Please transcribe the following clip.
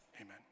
Amen